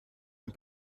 and